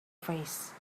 face